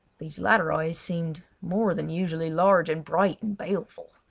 these latter eyes seemed more than usually large and bright and baleful!